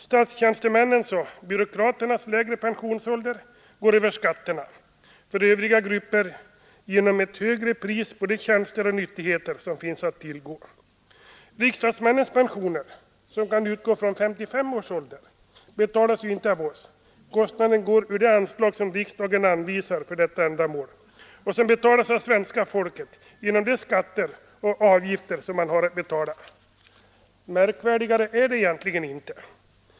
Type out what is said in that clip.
Statstjänstemännens och byråkraternas lägre pensionsålder betalas över skatterna, övriga gruppers genom ett högre pris på de tjänster och nyttigheter som finns att tillgå. Riksdagsmännens pensioner, som kan utgå från 55 års ålder, betalas ju inte av oss. Kostnaden går ur det anslag som riksdagen anvisar för detta ändamål och som betalas av svenska folket genom skatter och avgifter. Märkvärdigare är det egentligen inte.